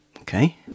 Okay